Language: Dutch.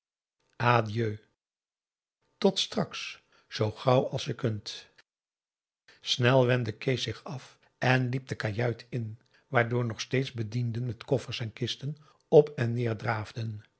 adieu tot straks zoo gauw als je kunt snel wendde kees zich af en liep de kajuit in waardoor nog steeds bedienden met koffers en kisten op en neer draafden